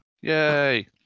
Yay